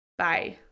Bye